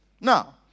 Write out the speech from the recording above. Now